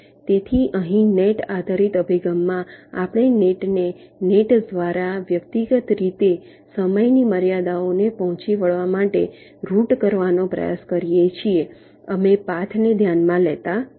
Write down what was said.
તેથી અહીં નેટ આધારિત અભિગમમાં આપણે નેટને નેટ દ્વારા વ્યક્તિગત રીતે સમયની મર્યાદાઓને પહોંચી વળવા માટે રૂટ કરવાનો પ્રયાસ કરીએ છીએ અમે પાથને ધ્યાનમાં લેતા નથી